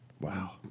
Wow